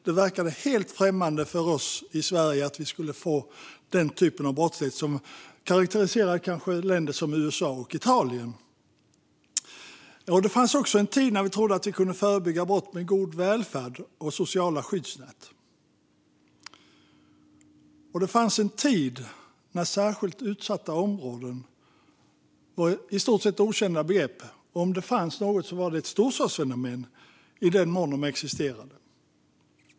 Det verkade helt främmande för oss i Sverige att vi skulle få den typ av brottslighet som kanske karakteriserar länder som USA och Italien. Det fanns också en tid när vi trodde att vi kunde förebygga brott med god välfärd och sociala skyddsnät. Det fanns en tid när särskilt utsatta områden var ett i stort sett okänt begrepp. Om det fanns något var de ett storstadsfenomen, i den mån de existerade.